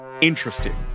Interesting